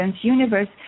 universe